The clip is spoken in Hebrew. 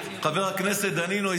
חבר הכנסת דנינו,